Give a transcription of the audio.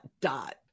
dot